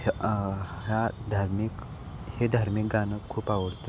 ह्या ह्या धार्मिक हे धार्मिक गाणं खूप आवडतं